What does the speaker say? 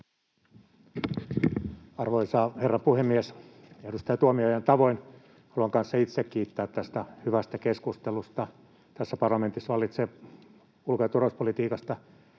Arvoisa herra puhemies! Edustaja Tuomi-ojan tavoin haluan kanssa itse kiittää tästä hyvästä keskustelusta. Tässä parlamentissa vallitsee ulko- ja turvallisuuspolitiikasta